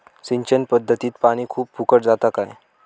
सिंचन पध्दतीत पानी खूप फुकट जाता काय?